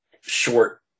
short